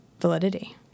validity